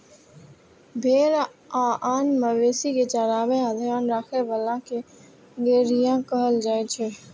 भेड़ आ आन मवेशी कें चराबै आ ध्यान राखै बला कें गड़ेरिया कहल जाइ छै